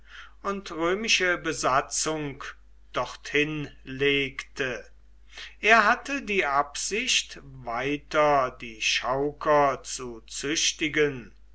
und römische besatzung dorthin legte er hatte die absicht weiter die chauker zu züchtigen